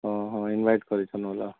ଅଃ ଇନଭାଇଟ୍ କରିଥିଲ ନା